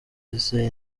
yise